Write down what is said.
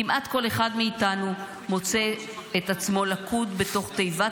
כמעט כל אחד מאיתנו מוצא את עצמו לכוד בתוך תיבת